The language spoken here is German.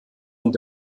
und